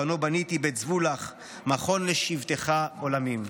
בנה בניתי בית זבל לך מכון לשבתך עולמים'".